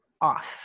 off